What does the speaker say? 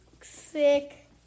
sick